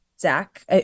Zach